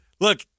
Look